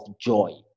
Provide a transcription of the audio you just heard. joy